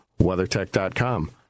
WeatherTech.com